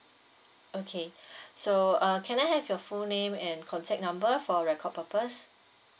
okay so uh can I have your full name and contact number for record purpose